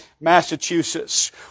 Massachusetts